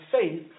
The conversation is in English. faith